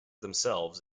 themselves